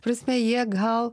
prasme jie gal